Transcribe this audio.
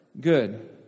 good